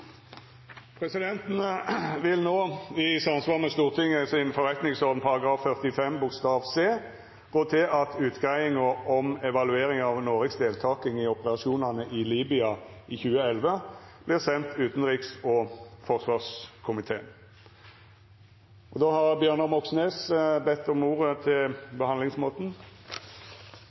Presidenten vil i samsvar med Stortingets forretningsorden § 45 c tilrå at utgreiinga om evalueringa av Noregs deltaking i operasjonane i Libya i 2011 vert send utanriks- og forsvarskomiteen. Bjørnar Moxnes har bedt om ordet til behandlingsmåten.